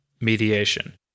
mediation